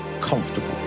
comfortable